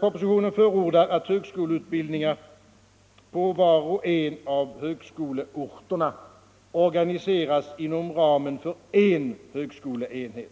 Propositionen förordar att högskoleutbildningar på var och en av högskoleorterna organiseras inom ramen för en högskoleenhet.